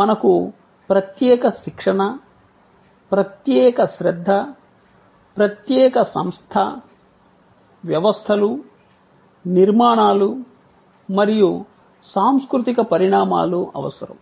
మనకు ప్రత్యేక శిక్షణ ప్రత్యేక శ్రద్ధ ప్రత్యేక సంస్థ వ్యవస్థలు నిర్మాణాలు మరియు సాంస్కృతిక పరిణామాలు అవసరం